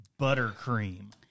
buttercream